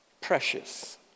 precious